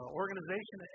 organization